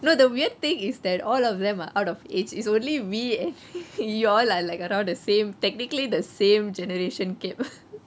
no the weird thing is that all of them are out age it's only we and you all are like around the same technically the same generation gap